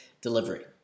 delivery